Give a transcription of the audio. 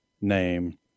name